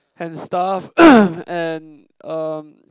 and stuff and erm